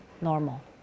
normal